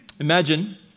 Imagine